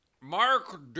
Mark